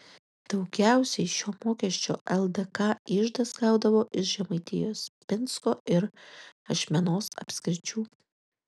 daugiausiai šio mokesčio ldk iždas gaudavo iš žemaitijos pinsko ir ašmenos apskričių